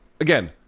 again